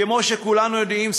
כמו שכולנו יודעים,